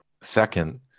second